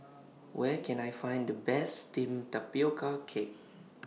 Where Can I Find The Best Steamed Tapioca Cake